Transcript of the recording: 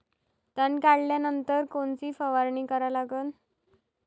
तन काढल्यानंतर कोनची फवारणी करा लागन?